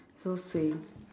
so suay